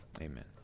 Amen